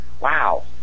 wow